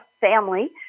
family